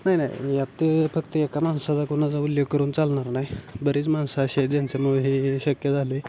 नाही नाही यात ते फक्त एका माणसाचा कुणाचा उल्लेख करून चालणार नाही बरीच माणसं असे आहे ज्यांच्यामुळे हे शक्य झालं आहे